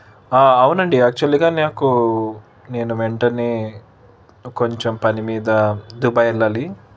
అవునండి యాక్చువల్గా నాకు నేను వెంటనే కొంచెం పని మీద దుబాయ్ వెళ్ళాలి